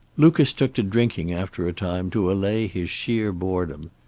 lucas took to drinking, after a time, to allay his sheer boredom.